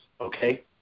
okay